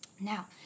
Now